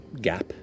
gap